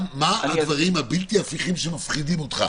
מה הדברים הבלתי הפיכים שמפחידים אותך?